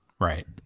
right